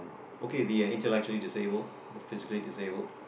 okay they are intellectually disabled they are physically disabled